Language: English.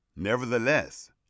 nevertheless